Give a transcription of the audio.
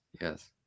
yes